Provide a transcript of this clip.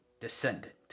descendant